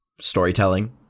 storytelling